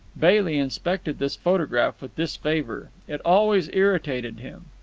bailey inspected this photograph with disfavour. it always irritated him.